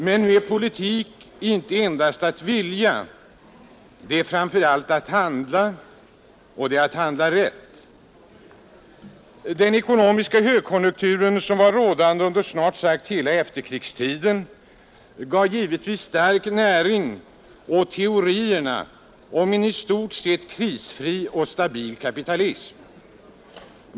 Men nu är politik inte endast att vilja, det är framför allt att handla och att handla rätt. Den ekonomiska högkonjunkturen, som var rådande under snart sagt hela efterkrigstiden, gav givetvis stark näring åt teorierna om en i stort sett krisfri och stabil kapitalism.